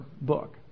book